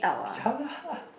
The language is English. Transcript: ya lah